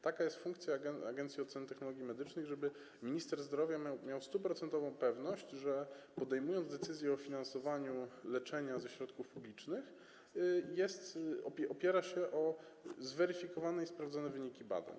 Taka jest funkcja agencji oceny technologii medycznych, żeby minister zdrowia miał 100-procentową pewność, że podejmując decyzję o finansowaniu leczenia ze środków publicznych, opiera się na zweryfikowanych i sprawdzonych wynikach badań.